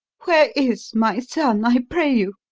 where is my son, i pray you?